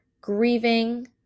grieving